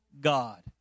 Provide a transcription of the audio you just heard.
God